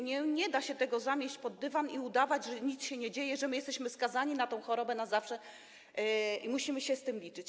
Nie da się tego zamieść pod dywan i udawać, że nic się nie dzieje, że jesteśmy skazani na tę chorobę na zawsze i musimy się z tym liczyć.